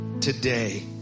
Today